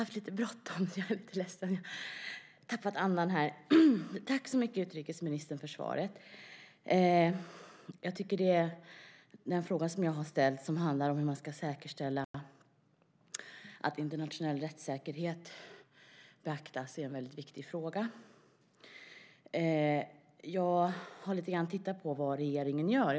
Fru talman! Tack så mycket, utrikesministern, för svaret! Jag tycker att den fråga som jag har ställt, som handlar om hur man ska säkerställa att internationell rättssäkerhet beaktas, är en väldigt viktig fråga. Jag har tittat lite grann på vad regeringen gör.